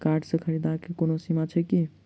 Card सँ खरीददारीक कोनो सीमा छैक की?